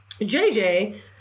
JJ